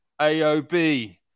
AOB